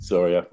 Sorry